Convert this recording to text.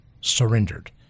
surrendered